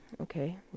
okay